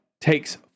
takes